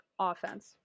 offense